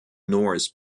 norse